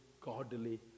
godly